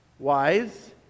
Wise